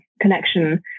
connection